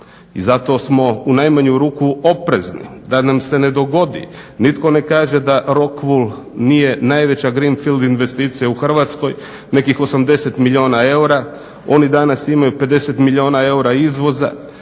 i zato smo u najmanju ruku oprezni da nam se ne dogodi. Nitko ne kaže da Rockwool nije najveća greenfield investicija u Hrvatskoj, nekih 80 milijuna eura, oni danas imaju 50 milijuna eura izvoza.